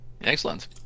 excellent